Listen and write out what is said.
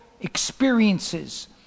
experiences